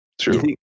True